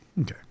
Okay